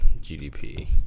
GDP